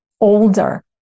older